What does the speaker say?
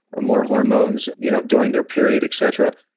ah more hormones you know during their period, et cetera,